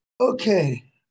Okay